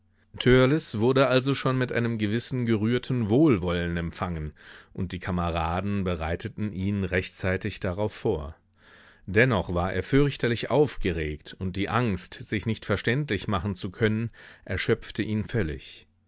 wurde also schon mit einem gewissen gerührten wohlwollen empfangen und die kameraden bereiteten ihn rechtzeitig darauf vor dennoch war er fürchterlich aufgeregt und die angst sich nicht verständlich machen zu können erschöpfte ihn völlig